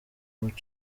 bifite